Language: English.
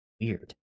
Weird